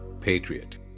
Patriot